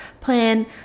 plan